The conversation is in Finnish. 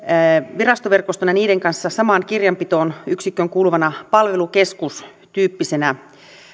virastoverkostoon ja niiden kanssa samaan kirjanpitoyksikköön kuuluvana palvelukeskustyyppisenä